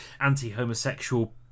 anti-homosexual